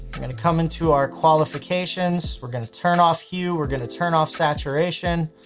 we're going to come into our qualifications. we're going to turn off hue. we're going to turn off saturation.